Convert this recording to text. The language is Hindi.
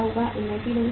इन्वेंटरी नहीं चलेगी